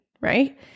right